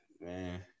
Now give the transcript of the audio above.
man